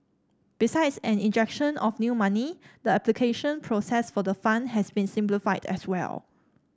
besides an injection of new money the application process for the fund has been simplified as well